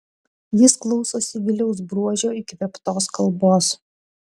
jis klausosi viliaus bruožio įkvėptos kalbos